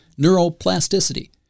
Neuroplasticity